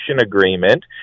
agreement